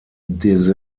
des